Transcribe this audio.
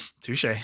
Touche